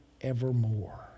evermore